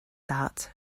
that